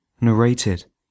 Narrated